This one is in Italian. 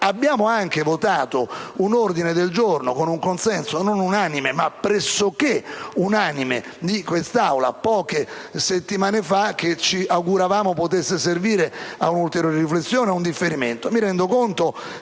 abbiamo anche votato un ordine del giorno, con un consenso pressoché unanime di quest'Aula, che ci auguravamo potesse servire ad un'ulteriore riflessione e ad un differimento.